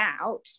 out